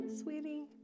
sweetie